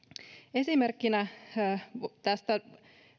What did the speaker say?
esimerkkinä